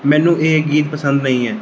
ਮੈਨੂੰ ਇਹ ਗੀਤ ਪਸੰਦ ਨਹੀਂ ਹੈ